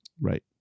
Right